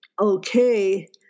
okay